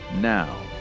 now